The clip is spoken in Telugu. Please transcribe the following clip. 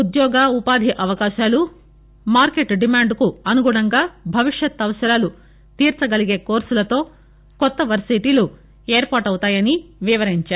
ఉద్యోగ ఉపాధి అవకాశాలు మార్కెట్ డిమాండ్కు అనుగుణంగా భవిష్యత్తు అవసరాలు తీర్చగలిగే కోర్సులతో కొత్త వర్సిటీల ఏర్పాటవుతాయని వివరించారు